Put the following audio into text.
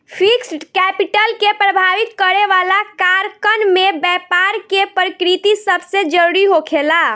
fixed capital के प्रभावित करे वाला कारकन में बैपार के प्रकृति सबसे जरूरी होखेला